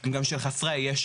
הם גם של חסרי הישע,